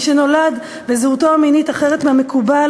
מי שנולד וזהותו המינית אחרת מהמקובל